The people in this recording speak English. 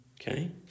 Okay